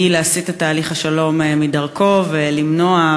שהיא להסיט את תהליך השלום מדרכו ולמנוע,